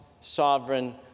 sovereign